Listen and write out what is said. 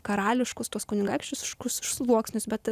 karališkus tos kunigaikštiškus sluoksnius bet